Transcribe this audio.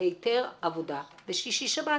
היתר עבודה בשישי שבת.